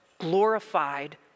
glorified